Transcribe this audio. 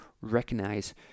recognize